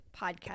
podcast